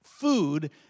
food